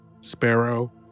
Sparrow